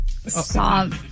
Stop